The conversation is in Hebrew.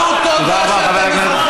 תגידו תודה, תודה רבה, חבר